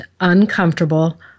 uncomfortable